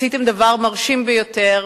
עשיתם דבר מרשים ביותר: